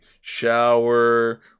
shower